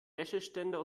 wäscheständer